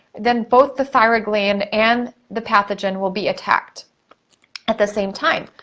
then both the thyroid gland and the pathogen will be attacked at the same time.